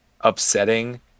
upsetting